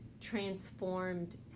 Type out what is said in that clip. transformed